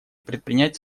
предпринять